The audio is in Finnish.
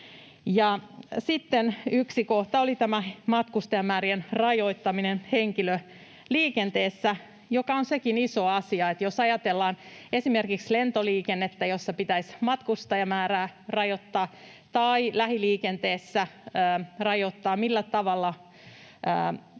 yksi kohta oli tämä matkustajamäärien rajoittaminen henkilöliikenteessä, joka on sekin iso asia, jos ajatellaan esimerkiksi lentoliikennettä, jossa pitäisi matkustajamäärää rajoittaa. Tai jos pitäisi lähiliikenteessä rajoittaa, niin millä tavalla